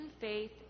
faith